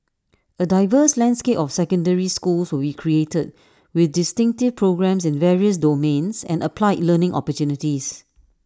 A diverse landscape of secondary schools will created with distinctive programmes in various domains and applied learning opportunities